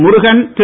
Murugan Thiru